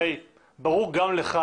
הרי ברור גם לך